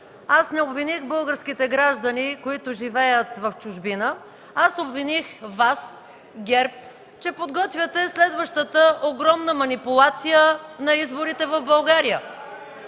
аз не обвиних българските граждани, които живеят в чужбина. Аз обвиних Вас – ГЕРБ, че подготвяте следващата огромна манипулация на изборите в България.